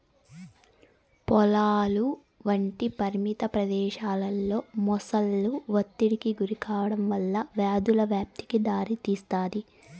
పొలాలు వంటి పరిమిత ప్రదేశాలలో మొసళ్ళు ఒత్తిడికి గురికావడం వల్ల వ్యాధుల వ్యాప్తికి దారితీస్తాది